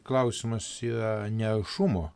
klausimas yra ne šumo